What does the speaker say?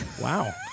Wow